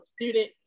student